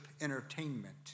entertainment